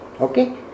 Okay